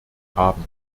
haben